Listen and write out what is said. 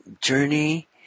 journey